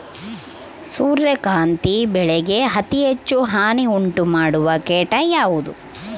ಸೂರ್ಯಕಾಂತಿ ಬೆಳೆಗೆ ಅತೇ ಹೆಚ್ಚು ಹಾನಿ ಉಂಟು ಮಾಡುವ ಕೇಟ ಯಾವುದು?